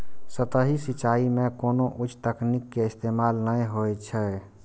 सतही सिंचाइ मे कोनो उच्च तकनीक के इस्तेमाल नै होइ छै